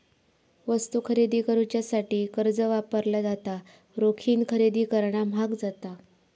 वस्तू खरेदी करुच्यासाठी कर्ज वापरला जाता, रोखीन खरेदी करणा म्हाग जाता